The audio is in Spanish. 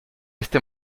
este